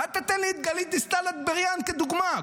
ואל תיתן לי את גלית דיסטל אטבריאן כדוגמה.